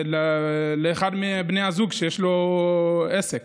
לאחד מבני הזוג שיש לו עסק.